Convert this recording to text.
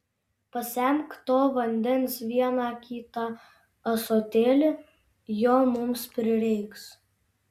pasemk to vandens vieną kitą ąsotėlį jo mums prireiks